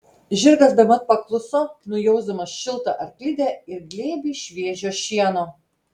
žirgas bemat pakluso nujausdamas šiltą arklidę ir glėbį šviežio šieno